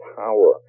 power